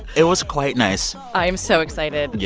it was quite nice i am so excited. yeah